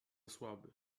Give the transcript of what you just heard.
słaby